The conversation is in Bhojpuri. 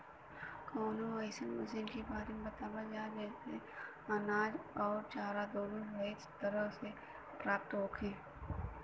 कवनो अइसन मशीन के बारे में बतावल जा जेसे अनाज अउर चारा दोनों सही तरह से प्राप्त होखे?